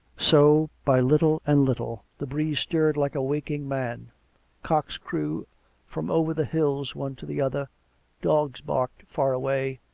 so, by little and little, the breeze stirred like a waking man cocks crew from over the hills one to the other dogs barked far away,